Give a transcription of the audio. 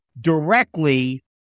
directly